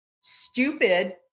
stupid